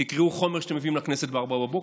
תקראו חומר שאתם מביאים לכנסת ב-04:00,